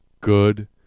good